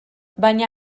baina